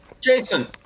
Jason